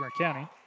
County